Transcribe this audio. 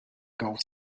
gulf